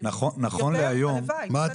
היום יש